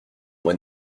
mois